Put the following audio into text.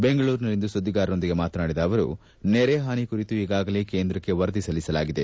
ಬೆಂಗಳೂರಿನಲ್ಲಿಂದು ಸುದ್ದಿಗಾರರೊಂದಿಗೆ ಮಾತನಾಡಿದ ಅವರು ನೆರೆ ಹಾನಿ ಕುರಿತು ಈಗಾಗಲೇ ಕೇಂದ್ರಕ್ಷೆ ವರದಿ ಸಲ್ಲಿಸಲಾಗಿದೆ